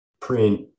print